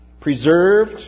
preserved